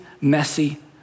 messy